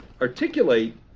articulate